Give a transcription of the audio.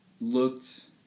looked